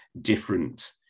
different